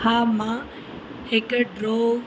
हा मां हिकु ड्रो